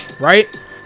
right